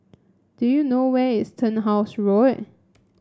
do you know where is Turnhouse Road